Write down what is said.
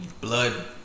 blood